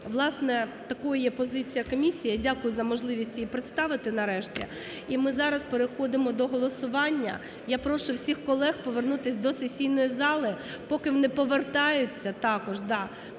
Власне, такою є позиція комісії. Я дякую за можливість її представити нарешті. І ми зараз переходимо до голосування. Я прошу всіх колег повернутися до сесійної зали. Поки вони повертаються, також